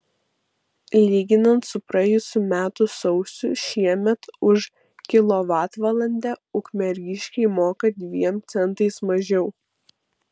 lyginant su praėjusių metų sausiu šiemet už kilovatvalandę ukmergiškiai moka dviem centais mažiau